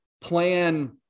plan